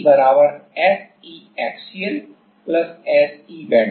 तो तनाव ऊर्जा SE SEaxial SEbending